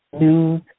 news